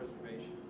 preservation